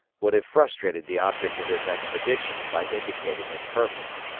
would have frustrated the object of his expedition by indicating its purpose.